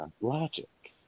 logic